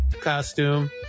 costume